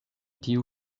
tiu